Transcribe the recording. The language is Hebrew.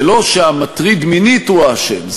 זה לא שהמטריד מינית הוא האשם,